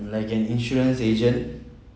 like an insurance agent